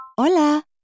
Hola